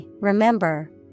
remember